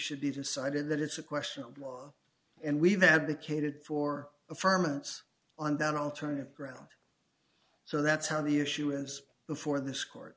should be decided that it's a question of law and we've advocated for a firmament on that alternative ground so that's how the issue is before this court